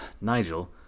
Nigel